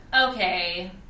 Okay